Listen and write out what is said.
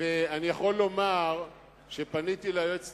הטעות לא היתה שלך, ואין איש יכול לבוא בטענות